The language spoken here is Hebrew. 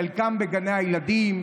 חלקם בגני הילדים,